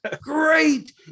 Great